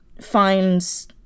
finds